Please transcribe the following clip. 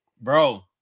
Bro